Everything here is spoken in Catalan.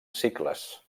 cicles